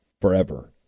forever